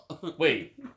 Wait